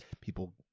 people